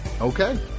Okay